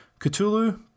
Cthulhu